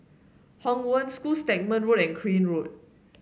Hong Wen School Stagmont Road and Crane Road